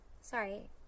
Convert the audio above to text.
Sorry